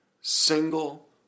single